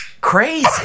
Crazy